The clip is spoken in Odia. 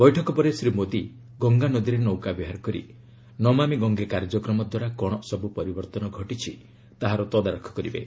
ବୈଠକ ପରେ ଶ୍ରୀମୋଦୀ ଗଙ୍ଗାନଦୀରେ ନୌକାବିହାର କରି 'ନମାମୀ ଗଙ୍ଗେ' କାର୍ଯ୍ୟକ୍ରମ ଦ୍ୱାରା କ'ଣ ସବୁ ପରିବର୍ତ୍ତନ ଘଟିଛି ତାହାର ତଦାରଖ କରିବେ